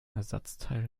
ersatzteil